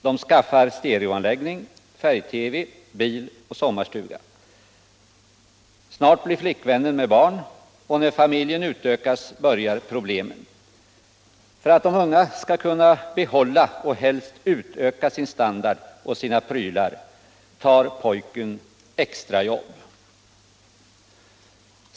De skaffar stereoanläggning, färg-TV, bil och sommarstuga. Snart blir flickvännen med barn, och när familjen utökas börjar problemen. För att de unga skall kunna behålla och helst utöka sin standard och sina prylar tar pojken extrajobb.